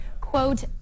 quote